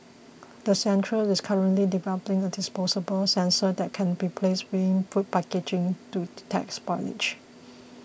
the centre is currently developing a disposable sensor that can be placed within food packaging to detect spoilage